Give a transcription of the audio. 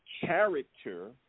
character